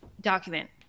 document